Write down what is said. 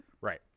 Right